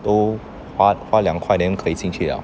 都花花两块钱 then 可以进去 ah